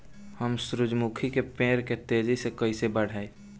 हम सुरुजमुखी के पेड़ के तेजी से कईसे बढ़ाई?